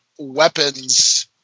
weapons